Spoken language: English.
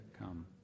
come